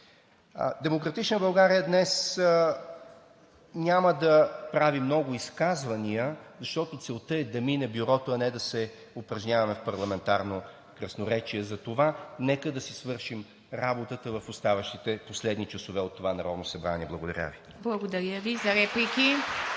„Демократична България“ днес няма да прави много изказвания, защото целта е да мине Бюрото, а не да се упражняваме в парламентарно красноречие. Затова нека да си свършим работата в оставащите последни часове от това Народно събрание. Благодаря Ви. (Ръкопляскания